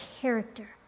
character